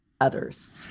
others